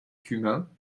cumin